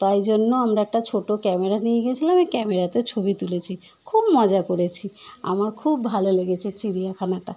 তাই জন্য আমরা একটা ছোটো ক্যামেরা নিয়ে গিয়েছিলাম ওই ক্যামেরাতে ছবি তুলেছি খুব মজা করেছি আমার খুব ভালো লেগেছে চিড়িয়াখানাটা